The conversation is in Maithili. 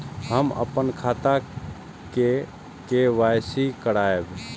हम अपन खाता के के.वाई.सी के करायब?